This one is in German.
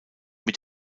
mit